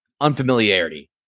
unfamiliarity